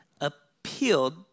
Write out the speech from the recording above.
appealed